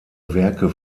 werke